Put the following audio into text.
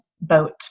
boat